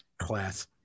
Class